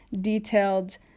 detailed